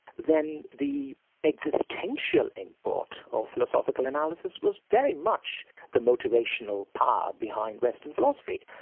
then the existential import of philosophical analysis was very much the motivational power behind western philosophy.